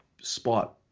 spot